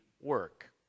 work